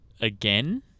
again